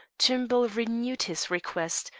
tumbel renewed his request,